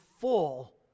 full